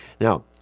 Now